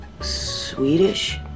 Swedish